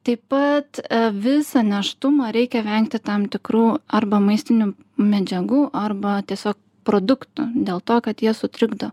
taip pat visą nėštumą reikia vengti tam tikrų arba maistinių medžiagų arba tiesiog produktų dėl to kad jie sutrikdo